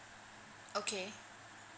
okay